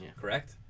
correct